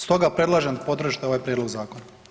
Stoga predlažem da podržite ovaj prijedlog zakona.